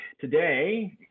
today